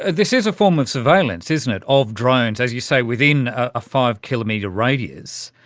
and this is a form of surveillance, isn't it, of drones, as you say, within a five-kilometre radius.